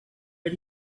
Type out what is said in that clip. but